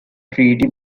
treaty